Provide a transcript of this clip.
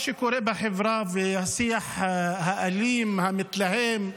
מה שקורה בחברה והשיח האלים, המתלהם,